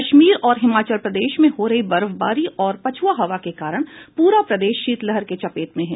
कश्मीर और हिमाचल प्रदेश में हो रही बर्फबारी और पछुआ हवा के कारण पूरा प्रदेश शीतलहर के चपेट में है